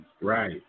Right